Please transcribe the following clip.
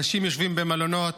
אנשים יושבים במלונות.